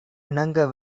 இணங்க